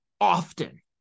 often